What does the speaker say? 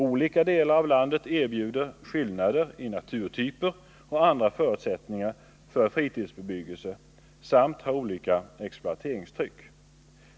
Olika delar av landet erbjuder skillnader i naturtyper och andra förutsättningar för fritidsbebyggelse samt har olika exploateringstryck.